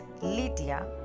Lydia